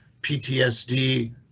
PTSD